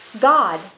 God